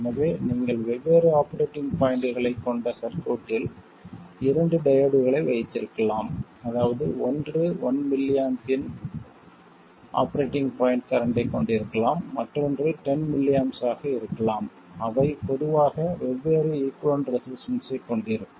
எனவே நீங்கள் வெவ்வேறு ஆபரேட்டிங் பாய்ண்ட்களைக் கொண்ட சர்க்யூட்டில் இரண்டு டையோட்களை வைத்திருக்கலாம் அதாவது ஒன்று 1mA இன் ஆபரேட்டிங் பாய்ண்ட் கரண்ட்டைக் கொண்டிருக்கலாம் மற்றொன்று 10mA ஆக இருக்கலாம் அவை பொதுவாக வெவ்வேறு ஈகுய்வலன்ட் ரெசிஸ்டன்ஸ்சைக் கொண்டிருக்கும்